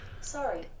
Sorry